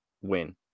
win